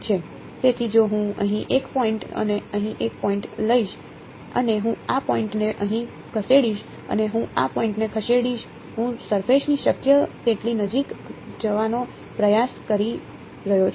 તેથી જો હું અહીં 1 પોઈન્ટ અને અહીં 1 પોઈન્ટ લઈશ અને હું આ પોઈન્ટ ને અહીં ખસેડીશ અને હું આ પોઈન્ટ ને ખસેડીશ હું સરફેશ ની શક્ય તેટલી નજીક જવાનો પ્રયાસ કરી રહ્યો છું